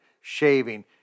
shaving